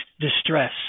distress